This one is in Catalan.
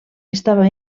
estava